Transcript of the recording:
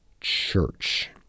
church